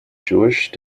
jewish